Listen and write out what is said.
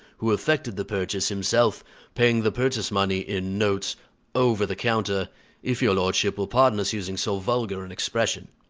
who effected the purchase himself paying the purchase money in notes over the counter if your lordship will pardon us using so vulgar an expression.